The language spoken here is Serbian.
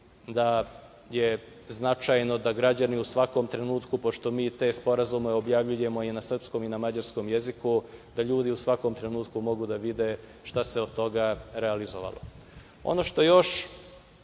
da je značajno da građani u svakom trenutku, pošto mi te sporazume objavljujemo i na srpskom i na mađarskom jeziku, da ljudi u svakom trenutku mogu da vide šta se od toga realizovalo. Ono što još